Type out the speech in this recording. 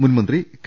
മുൻ മന്ത്രി കെ